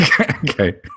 Okay